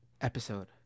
episode